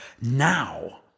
now